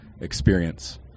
experience